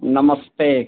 नमस्ते